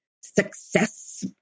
success